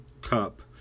cup